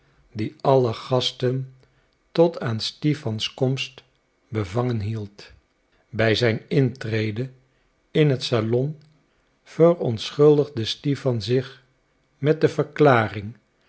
die alle gasten tot aan stipans komst bevangen hield bij zijn intrede in het salon verontschuldigde stipan zich met de verklaring